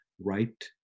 right